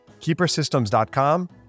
KeeperSystems.com